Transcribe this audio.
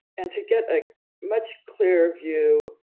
and to get a much clearer view,